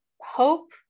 hope